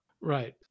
Right